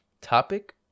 Topic